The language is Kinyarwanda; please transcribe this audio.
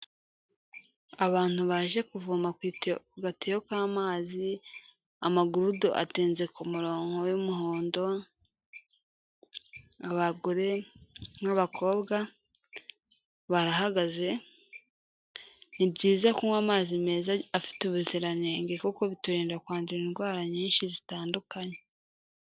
Abantu baje kuvoma ku gatiyo k'amazi, amagurudo atonze ku murongo w'umuhondo, abagore n'abakobwa barahagaze. Ni byiza kunywa amazi meza afite ubuziranenge, kuko biturinda kwandura indwara nyinshi zitandukanye.